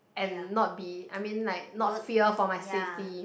and not be I mean like not fear for my safety